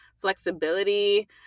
flexibility